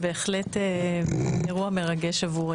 היה ויכוח גדול